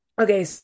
Okay